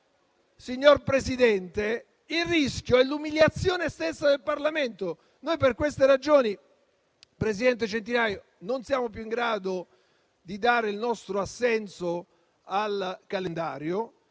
signor Presidente, il rischio è l'umiliazione del Parlamento stesso. Per queste ragioni, presidente Centinaio, non siamo più in grado di dare il nostro assenso al calendario,